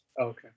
Okay